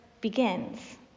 begins